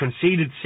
conceded